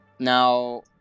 Now